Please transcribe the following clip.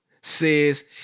says